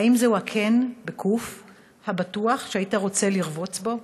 האם זה הקן הבטוח שהיית רוצה לרבוץ בו?